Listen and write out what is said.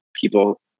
people